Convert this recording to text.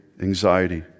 anxiety